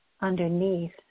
underneath